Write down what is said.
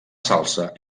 salsa